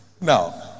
Now